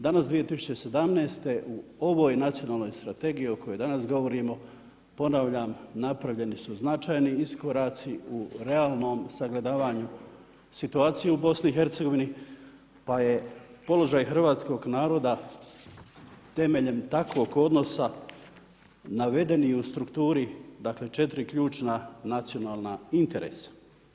Danas 2017. u ovoj nacionalnoj o kojoj danas govorimo, ponavljam, napravljeni su značajni iskoraci u realnom sagledavanju situacije u BIH, pa je položaj hrvatskog naroda, temeljem takvog odnosa, naveden i u strukturi 4 ključna nacionalna interesa.